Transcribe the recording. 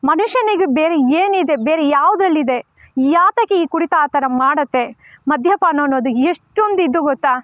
ಮನುಷ್ಯನಿಗೆ ಬೇರೆ ಏನಿದೆ ಬೇರೆ ಯಾವುದರಲ್ಲಿದೆ ಯಾತಕ್ಕೆ ಈ ಕುಡಿತ ಆ ಥರ ಮಾಡುತ್ತೆ ಮದ್ಯಪಾನ ಅನ್ನೋದು ಎಷ್ಟೊಂದು ಇದು ಗೊತ್ತ